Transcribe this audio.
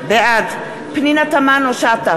בעד פנינה תמנו-שטה,